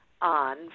on